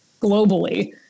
globally